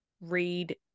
read